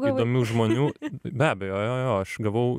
įdomių žmonių be abejo jo jo jo aš gavau